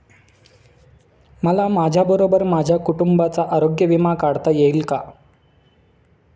मला माझ्याबरोबर माझ्या कुटुंबाचा आरोग्य विमा काढता येईल का?